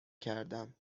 کردم